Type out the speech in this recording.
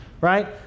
right